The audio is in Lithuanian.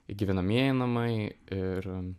gyvenamieji namai ir